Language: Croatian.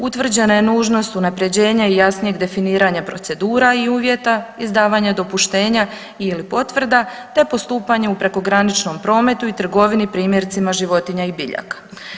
Utvrđena je nužnost unapređenja i jasnijeg definiranja procedura i uvjeta izdavanja dopuštenja ili potvrda, te postupanju u prekograničnom prometu i trgovini primjerice životinja i biljaka.